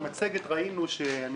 במצגת ראינו אני